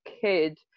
kid